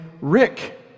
Rick